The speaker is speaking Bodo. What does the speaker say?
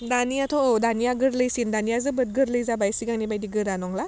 दानियाथ' अ' दानिया गोरलैसिन दानिया जोबोद गोरलै जाबाय सिगांनि बायदि गोरा नंला